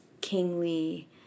kingly